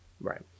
Right